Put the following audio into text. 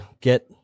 get